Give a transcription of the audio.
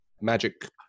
magic